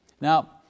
Now